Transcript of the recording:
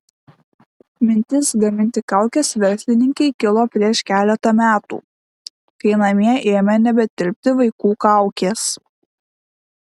mintis gaminti kaukes verslininkei kilo prieš keletą metų kai namie ėmė nebetilpti vaikų kaukės